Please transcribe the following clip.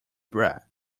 bread